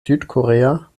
südkorea